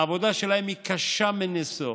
העבודה שלהם היא קשה מנשוא.